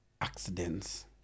Accidents